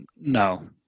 no